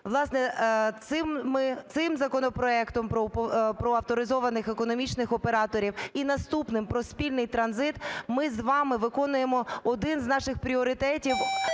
Власне, цим законопроектом про авторизованих економічних операторів і наступний – про спільний транзит ми з вами виконуємо один з наших пріоритетів